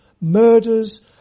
murders